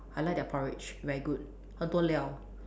I like their porridge very good 很多料